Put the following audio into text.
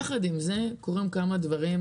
יחד עם זאת, קורים כמה דברים